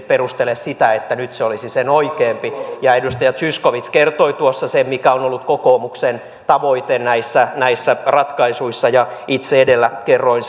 perustele sitä että nyt se olisi sen oikeampi edustaja zyskowicz kertoi tuossa sen mikä on ollut kokoomuksen tavoite näissä näissä ratkaisuissa ja itse edellä kerroin